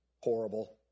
Horrible